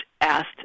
asked